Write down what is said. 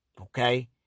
okay